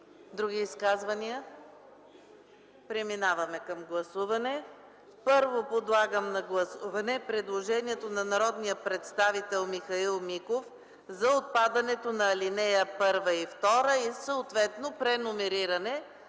Други изказвания? Няма. Преминаваме към гласуване. Първо подлагам на гласуване предложението на народния представител Михаил Миков за отпадането на алинеи 1 и 2 и съответно преномериране,